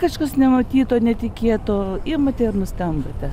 kažkas nematyto netikėto imate ir nustembate